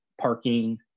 Parking